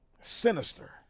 sinister